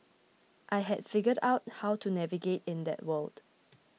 I had figured out how to navigate in that world